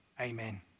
Amen